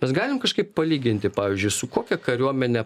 mes galim kažkaip palyginti pavyzdžiui su kokia kariuomene